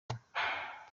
umwe